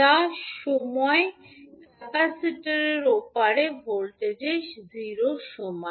যা সময় ক্যাপাসিটরের ওপারে ভোল্টেজ 0 এর সমান